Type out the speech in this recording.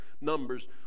numbers